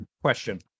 question